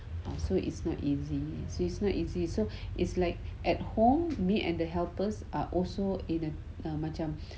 oh so it's not easy it's not easy so it's like at home me and the helpers are also in the macam